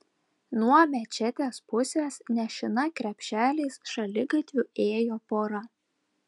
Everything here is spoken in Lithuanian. nuo mečetės pusės nešina krepšeliais šaligatviu ėjo pora